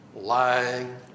lying